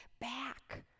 back